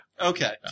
Okay